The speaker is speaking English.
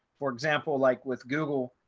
for example, like with google.